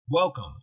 Welcome